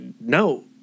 no